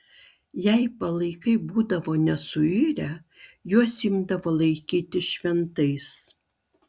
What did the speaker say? jei palaikai būdavo nesuirę juos imdavo laikyti šventais